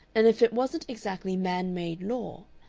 and if it wasn't exactly man-made law,